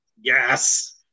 Yes